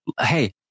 hey